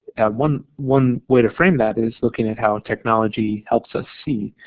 one one way to frame that is looking at how and technology helps us see.